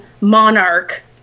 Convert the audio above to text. monarch